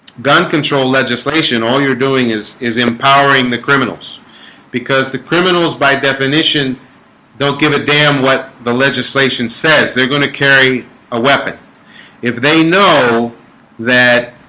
gun control legislation all you're doing is is empowering the criminals because the criminals by definition don't give a damn what the legislation says they're going to carry a weapon if they know that